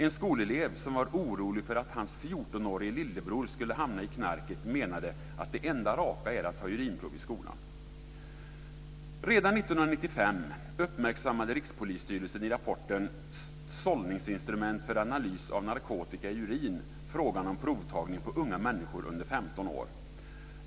En skolelev som var orolig för att hans 14-årige lillebror skulle hamna i knarket menade att det enda raka är att ta urinprov i skolan. Redan 1995 uppmärksammade Rikspolisstyrelsen i rapporten Sållningsinstrument för analys av narkotika i urin frågan om provtagning på unga människor under 15 år.